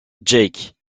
jake